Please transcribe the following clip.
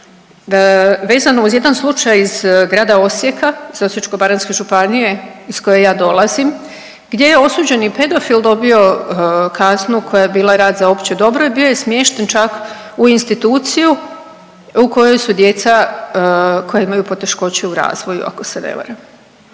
vezano uz jedna slučaj iz grada Osijeka, iz Osječko-baranjske županije iz koje ja dolazim, gdje je osuđeni pedofil dobio kaznu koja je bila rad za opće dobro i bio je smješten čak u instituciju u kojoj su djeca koja imaju poteškoće u razvoju ako se ne varam.